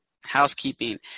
housekeeping